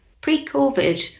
Pre-COVID